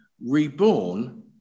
reborn